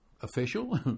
official